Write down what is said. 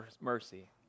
mercy